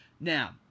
Now